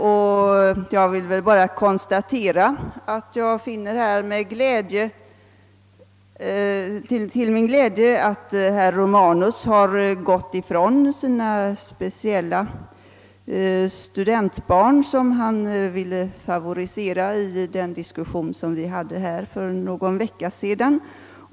Till min glädje konstaterar jag att herr Romanus har gått ifrån det krav på särskilda favörer till studentbarn som han hävdade här för någon vecka sedan.